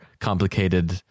complicated